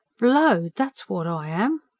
blowed. that's what i am.